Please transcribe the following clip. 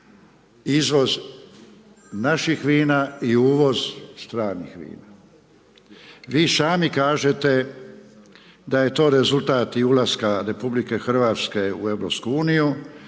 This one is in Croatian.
izvoz naših vina i uvoz stranih vina. Vi sami kažete da je to rezultat i ulaska RH u EU,